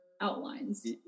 outlines